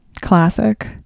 Classic